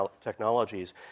technologies